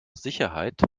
sicherheit